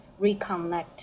reconnect